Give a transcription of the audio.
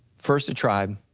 first the tribe,